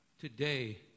today